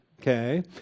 okay